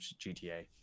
GTA